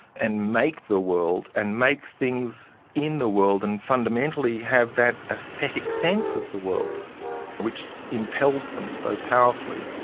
and make the world and make things in the world and fundamentally have that aesthetic sense of the world which impels them so powerfully,